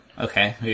Okay